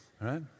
right